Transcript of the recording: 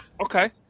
Okay